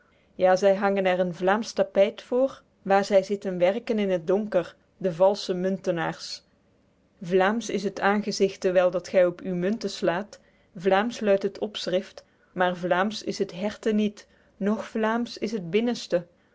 ja zy hangen er een vlaemsch tapyt voor waer zy zitten werken in t donker de valsche muntenaers vlaemsch is het aenzigte wel dat gy op uw munte slaet vlaemsch luidt het opschrift maer vlaemsch is het herte niet noch vlaemsch is het binnenste